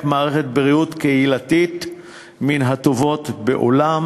מערכת בריאות קהילתית מן הטובות בעולם.